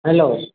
hello